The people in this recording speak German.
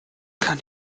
kann